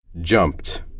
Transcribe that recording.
jumped